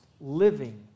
living